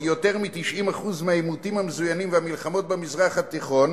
כי יותר מ-90% מהעימותים המזוינים והמלחמות במזרח התיכון